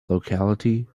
locality